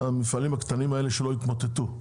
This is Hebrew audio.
למפעלים הקטנים האלה שלא יתמוטטו.